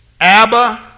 Abba